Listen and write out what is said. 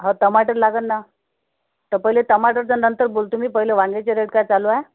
हो टमाटर लागेल ना तर पहिले टमाटरचं नंतर बोलतो मी पहिले वांग्याचे रेट काय चालू आहे